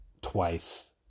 twice